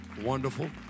Wonderful